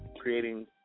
creating